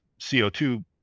CO2